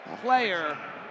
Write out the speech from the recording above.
player